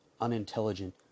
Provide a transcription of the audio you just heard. unintelligent